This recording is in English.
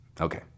Okay